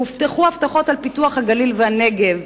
הובטחו הבטחות על פיתוח הגליל והנגב,